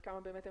עד כמה באמת הם